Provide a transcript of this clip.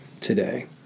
today